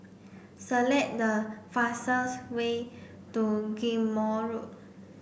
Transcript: select the fastest way to Ghim Moh Road